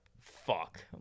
fuck